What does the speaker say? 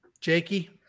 Jakey